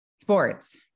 Sports